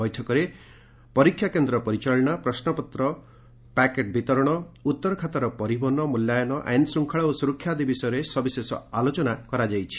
ବୈଠକରେ ପରୀକ୍ଷା କେନ୍ଦ୍ ପରିଚାଳନା ପ୍ରଶ୍ୱପତ୍ର ପ୍ୟାକେଟ୍ ବିତରଣ ଉଭର ଖାତାର ପରିବହନ ମୂଲ୍ୟାୟନ ଆଇନ୍ ଶୃଙ୍କଳା ଓ ସୁରକ୍ଷା ଆଦି ବିଷୟରେ ସବିଶେଷ ଆଲୋଚନା ହୋଇଥିଲା